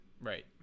Right